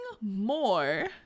more